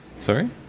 Sorry